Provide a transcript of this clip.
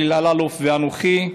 אלי אלאלוף ואנוכי,